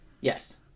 Yes